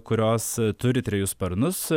kurios turi trejus sparnus